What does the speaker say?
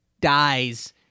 dies-